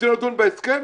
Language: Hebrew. רוצה לדון בהסכם?